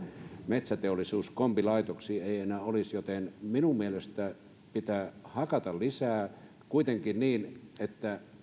metsäteollisuuskombilaitoksiin ei enää olisi joten minun mielestäni pitää hakata lisää kuitenkin niin että